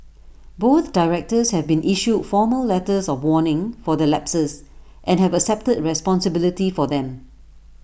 both directors have been issued formal letters of warning for their lapses and have accepted responsibility for them